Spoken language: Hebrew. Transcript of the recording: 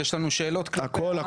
יש לנו שאלות לגבי החוק.